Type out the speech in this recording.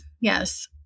yes